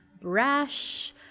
brash